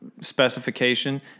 specification